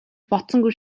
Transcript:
бодсонгүй